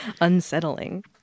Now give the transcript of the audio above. unsettling